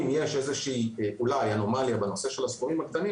ואם הוא לא שילם סימן שבכוונה הוא עשה את זה.